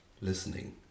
listening